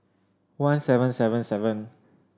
one seven seven seven